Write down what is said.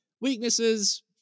Weaknesses